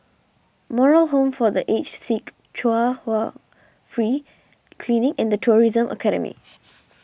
Moral Home for the Aged Sick Chung Hwa Free Clinic and the Tourism Academy